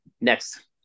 next